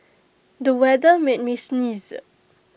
the weather made me sneeze